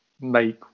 make